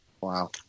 wow